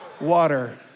Water